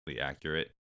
accurate